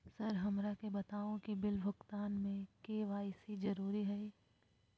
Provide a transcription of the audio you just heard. Sir हमरा के बताओ कि बिल भुगतान में के.वाई.सी जरूरी हाई?